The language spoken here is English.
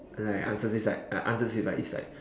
like answers this like uh answers is like is like